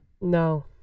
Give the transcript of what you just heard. no